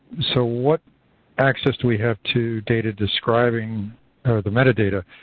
so, what access do we have to data describing the metadata?